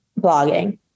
blogging